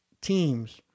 teams